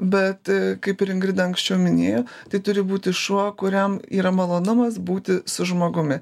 bet kaip ir ingrida anksčiau minėjo tai turi būti šuo kuriam yra malonumas būti su žmogumi